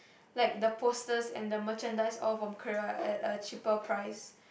like the posters and the Merchandise all from Korea at a cheaper price